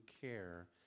care